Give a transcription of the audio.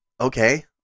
okay